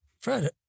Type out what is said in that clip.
Fred